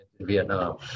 Vietnam